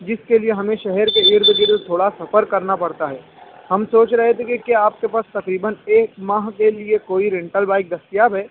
جس کے لیے ہمیں شہر کے ارد گرد تھوڑا سفر کرنا پڑتا ہے ہم سوچ رہے تھے کہ کیا آپ کے پاس تقریباً ایک ماہ کے لیے کوئی رینٹل بائک دستیاب ہے